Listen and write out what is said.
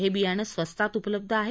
हे बियाणे स्वस्तात उपलब्ध आहे